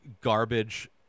garbage